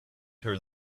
her